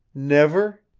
never?